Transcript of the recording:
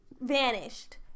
vanished